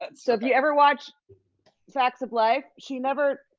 and so if you ever watch facts of life she never,